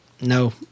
No